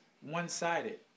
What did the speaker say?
one-sided